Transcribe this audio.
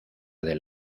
del